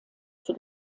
für